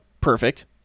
perfect